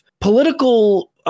political